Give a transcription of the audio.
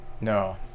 no